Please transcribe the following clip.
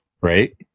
Right